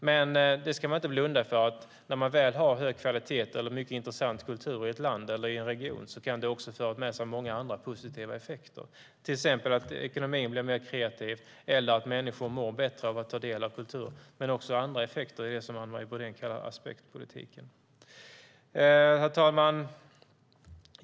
Men man ska inte blunda för att när man väl har hög kvalitet eller mycket intressant kultur i ett land eller i en region kan det också föra med sig många andra positiva effekter. Det kan till exempel göra att ekonomin blir mer kreativ eller att människor mår bättre av att ta del av kulturen. Det finns också andra effekter av det som Anne Marie Brodén kallar för aspektpolitiken. Herr talman!